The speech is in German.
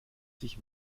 sich